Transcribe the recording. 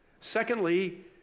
Secondly